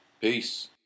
Peace